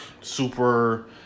super